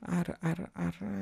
ar ar ar